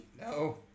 No